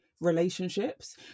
relationships